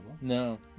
No